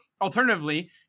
alternatively